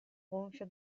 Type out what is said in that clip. gonfio